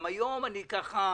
גם היום כבר